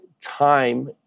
time